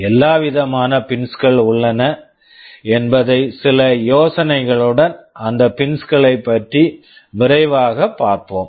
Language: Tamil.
எந்த விதமான பின்ஸ் pins கள் உள்ளன என்பதை சில யோசனைகளுடன் அந்த பின்ஸ் pins -களைப் பற்றி விரைவாகப் பார்ப்போம்